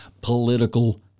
political